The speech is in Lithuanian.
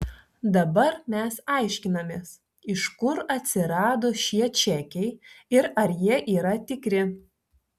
dabar mes aiškinamės iš kur atsirado šie čekiai ir ar jie yra tikri